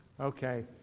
okay